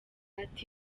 ati